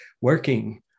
working